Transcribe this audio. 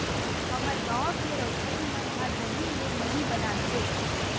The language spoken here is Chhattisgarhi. हमर गांव के रउतइन मन ह दही ले मही बनाथे